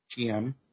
GM